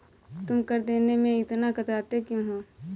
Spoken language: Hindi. तुम कर देने में इतना कतराते क्यूँ हो?